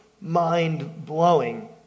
mind-blowing